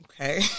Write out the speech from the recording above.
okay